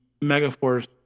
Megaforce